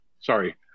sorry